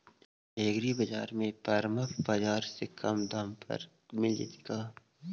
एग्रीबाजार में परमप बाजार से कम दाम पर मिल जैतै का?